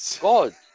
god